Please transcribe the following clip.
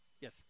Yes